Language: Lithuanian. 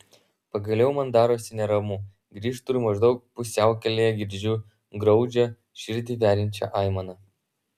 pagaliau man darosi neramu grįžtu ir maždaug pusiaukelėje girdžiu graudžią širdį veriančią aimaną